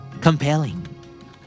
Compelling